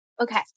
okay